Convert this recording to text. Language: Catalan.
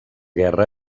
guerra